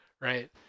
right